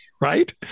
right